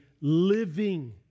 living